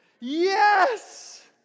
Yes